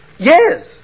Yes